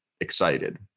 excited